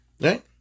right